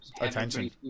attention